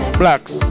blacks